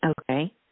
Okay